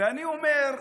ואני אומר: